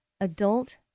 adult